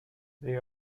they